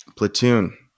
Platoon